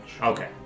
Okay